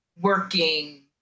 working